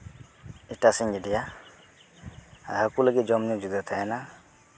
ᱮᱴᱟᱜ ᱥᱮᱫ ᱤᱧ ᱜᱤᱰᱤᱭᱟ ᱟᱨ ᱦᱟᱹᱠᱩ ᱞᱟᱹᱜᱤᱫ ᱡᱚᱢ ᱧᱩ ᱡᱩᱫᱟᱹ ᱛᱟᱦᱮᱱᱟ